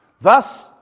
Thus